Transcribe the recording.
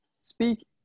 speak